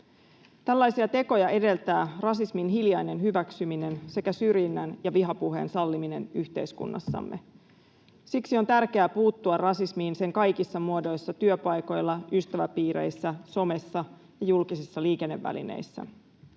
Tällaisia tekoja edeltävät rasismin hiljainen hyväksyminen sekä syrjinnän ja vihapuheen salliminen yhteiskunnassamme. Siksi on tärkeää puuttua rasismiin sen kaikissa muodoissa työpaikoilla, ystäväpiireissä, somessa, julkisissa liikennevälineissä.